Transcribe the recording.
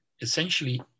essentially